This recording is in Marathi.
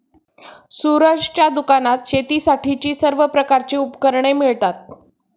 सूरजच्या दुकानात शेतीसाठीची सर्व प्रकारची उपकरणे मिळतात